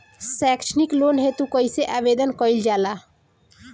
सैक्षणिक लोन हेतु कइसे आवेदन कइल जाला?